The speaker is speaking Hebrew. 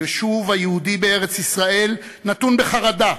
היישוב היהודי בארץ-ישראל נתון בחרדה,